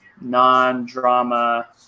non-drama